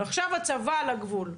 עכשיו הצבא על הגבול.